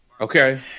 Okay